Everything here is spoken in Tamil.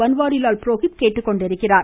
பன்வாரிலால் புரோஹித் கேட்டுக்கொண்டுள்ளார்